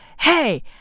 hey